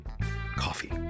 coffee